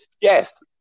yes